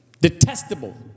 detestable